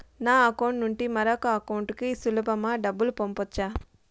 ఒక అకౌంట్ నుండి మరొక అకౌంట్ కు సులభమా డబ్బులు పంపొచ్చా